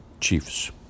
chiefs